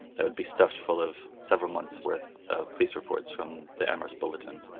that would be stuffed full of several months worth of police reports from the amherst bulletin